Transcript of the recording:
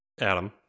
Adam